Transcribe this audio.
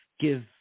give